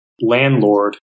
landlord